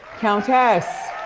countess?